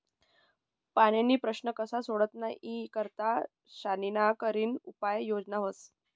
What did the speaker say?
पाणीना प्रश्न कशा सोडता ई यानी करता शानिशा करीन उपाय योजना व्हस